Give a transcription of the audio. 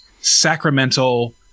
sacramental